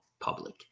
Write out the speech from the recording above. public